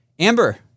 Amber